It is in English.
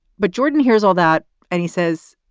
but jordan, here's all that and he says,